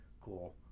cool